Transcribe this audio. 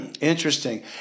Interesting